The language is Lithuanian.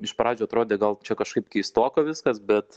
iš pradžių atrodė gal čia kažkaip keistoka viskas bet